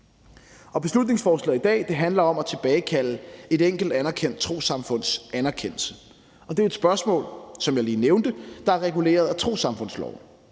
Beslutningsforslaget i dag handler om at tilbagekalde et enkelt anerkendt trossamfunds anerkendelse. Og som jeg lige nævnte, er det jo et spørgsmål, der er reguleret af trossamfundsloven.